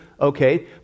Okay